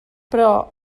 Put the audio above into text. però